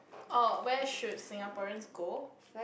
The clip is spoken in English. orh where should Singaporeans go